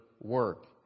work